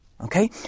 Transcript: okay